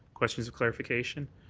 questions and clarification?